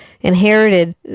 inherited